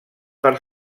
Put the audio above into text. per